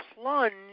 plunge